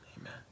Amen